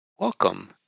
Welcome